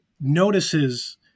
notices